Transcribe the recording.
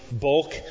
bulk